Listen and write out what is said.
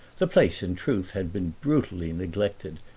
the place in truth had been brutally neglected.